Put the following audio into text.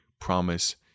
promise